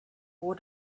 war